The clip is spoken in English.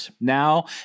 now